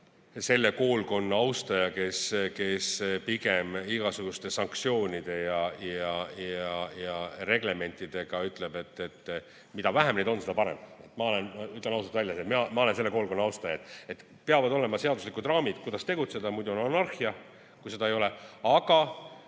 selle koolkonna austaja, kes igasuguste sanktsioonide ja reglementide kohta ütleb pigem, et mida vähem neid on, seda parem. Ma ütlen ausalt välja, et ma olen selle koolkonna austaja. Peavad olema seaduslikud raamid, kuidas tegutseda, muidu on anarhia, kui neid ei ole, aga